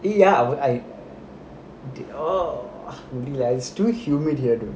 like it's too humid here though